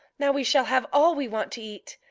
now we shall have all we want to eat.